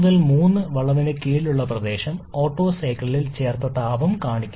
ഇപ്പോൾ 2 3 വളവിന് കീഴിലുള്ള പ്രദേശം ഓട്ടോ സൈക്കിളിൽ ചേർത്ത താപം കാണിക്കുന്നു